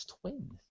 Twin